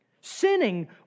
sinning